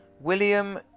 William